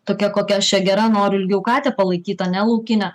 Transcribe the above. tokia kokia aš čia gera noriu ilgiau katę palaikyt ane laukinę